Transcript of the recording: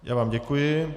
Já vám děkuji.